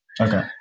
Okay